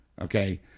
Okay